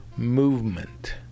Movement